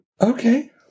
Okay